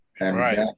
right